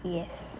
yes